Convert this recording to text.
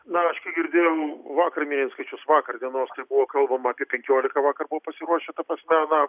na aš kiek girdėjau vakar minėjo skaičius vakar dienos tai buvo kalbama apie penkiolika vakar buvo pasiruošę ta prasme na